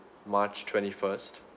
march twenty first